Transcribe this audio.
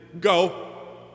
go